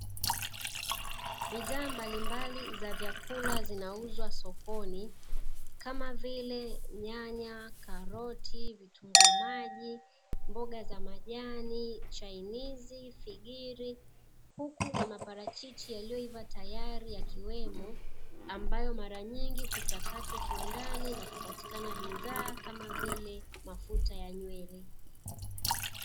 Bidhaa mbalimbali za vyakula zinauzwa sokoni, kama vile: nyanya, karoti, vitunguu maji, mboga za majani, chainizi, figili. Huku na maparachichi yaliyoiva tayari yakiwemo ambayo mara nyingi huchakatwa kiwandani na kupatikana bidhaa, kama vile mafuta ya nywele.